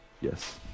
Yes